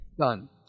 done